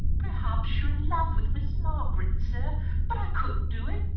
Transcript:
perhaps you're in love with miss margaret, sir but i couldn't do it!